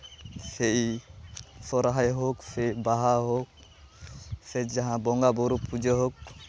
ᱥᱮ ᱥᱚᱨᱦᱟᱭ ᱦᱳᱠ ᱵᱟ ᱵᱟᱦᱟ ᱦᱳᱠ ᱥᱮ ᱡᱟᱦᱟᱸ ᱵᱚᱸᱜᱟᱼᱵᱳᱨᱳ ᱯᱩᱡᱟᱹ ᱦᱳᱠ